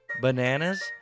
bananas